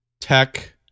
tech